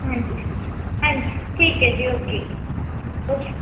ਹਾਂਜੀ ਹਾਂਜੀ ਠੀਕ ਹੈ ਜੀ ਓਕੇ ਓਕੇ